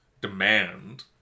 demand